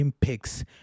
picks